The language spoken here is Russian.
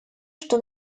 что